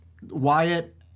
Wyatt